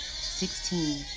Sixteen